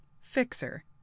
Fixer